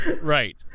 Right